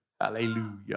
Hallelujah